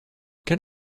can